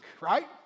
right